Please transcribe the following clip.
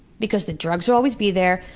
because the drugs will always be there,